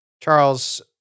Charles